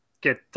get –